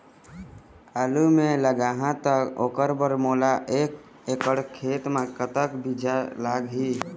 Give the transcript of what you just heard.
आलू मे लगाहा त ओकर बर मोला एक एकड़ खेत मे कतक बीज लाग ही?